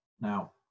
Now